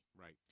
Right